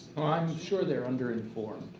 sure they're under informed